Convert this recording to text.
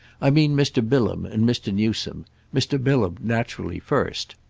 i mean mr. bilham and mr. newsome mr. bilham naturally first.